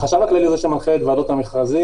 החשב הכללי הוא זה שמנחה את ועדות המכרזים,